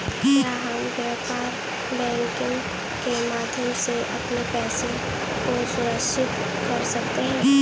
क्या हम व्यापार बैंकिंग के माध्यम से अपने पैसे को सुरक्षित कर सकते हैं?